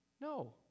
No